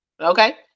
okay